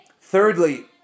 Thirdly